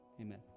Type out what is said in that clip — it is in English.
Amen